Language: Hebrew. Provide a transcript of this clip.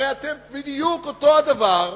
הרי אתם בדיוק אותו דבר.